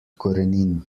korenin